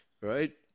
Right